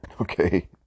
Okay